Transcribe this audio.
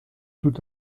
tout